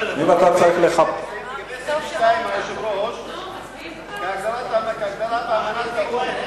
סעיף 2, סוגיית הפליטים הפלסטינים.